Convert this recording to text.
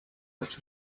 which